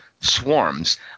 swarms